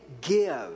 give